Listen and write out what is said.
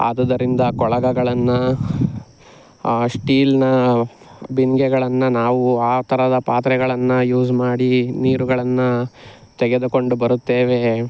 ಆದುದರಿಂದ ಕೊಳಗಗಳನ್ನು ಆ ಶ್ಟೀಲ್ನ ಬಿಂದಿಗೆಗಳನ್ನು ನಾವು ಆ ಥರದ ಪಾತ್ರೆಗಳನ್ನು ಯೂಸ್ ಮಾಡಿ ನೀರುಗಳನ್ನು ತೆಗೆದುಕೊಂಡು ಬರುತ್ತೇವೆ